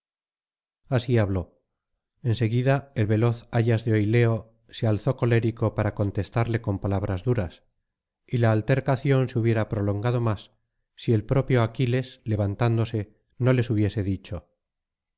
así habló en seguida el veloz ayax de oileo se alzó colérico para contestarle con palabras duras y la altercación se hubiera prolongado más si el propio aquiles levantándose no les hubiese dicho